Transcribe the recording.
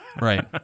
Right